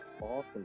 awesome